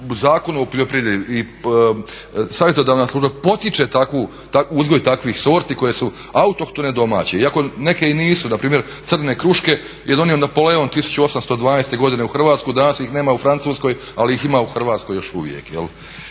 Zakonu o poljoprivredi i savjetodavna služba potiče uzgoj takvih sorti koje su autohtone domaće, iako neke i nisu. Npr. crne kruške je donio Napoleon 1812. godine u Hrvatsku, danas ih nema u Francuskoj ali ih ima u Hrvatskoj još uvijek.